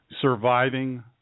Surviving